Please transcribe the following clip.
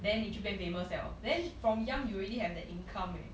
then 你就变 famous liao then from young you already have that income eh